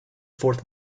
fourth